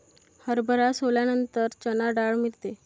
हरभरा सोलल्यानंतर चणा डाळ मिळते